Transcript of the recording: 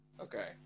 Okay